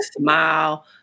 smile